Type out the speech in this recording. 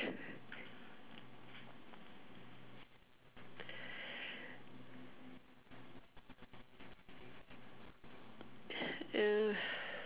uh